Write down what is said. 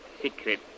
secret